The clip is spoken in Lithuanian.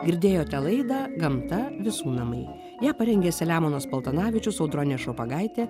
girdėjote laidą gamta visų namai ją parengė selemonas paltanavičius audronė šopagaitė